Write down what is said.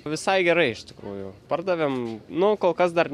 visai gerai iš tikrųjų pardavėme nu kol kas dar